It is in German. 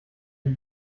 die